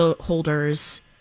holders